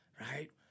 right